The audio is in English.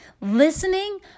Listening